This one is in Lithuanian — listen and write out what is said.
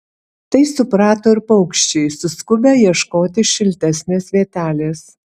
tai suprato ir paukščiai suskubę ieškoti šiltesnės vietelės